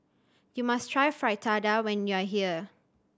you must try Fritada when you are here